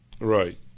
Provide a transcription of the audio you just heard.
Right